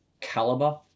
caliber